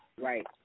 Right